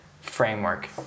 framework